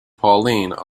pauline